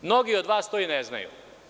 Mnogi od vas to i ne znaju.